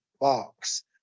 box